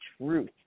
truth